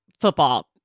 football